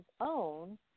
own